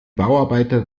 bauarbeiter